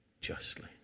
justly